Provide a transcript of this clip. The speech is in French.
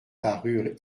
parurent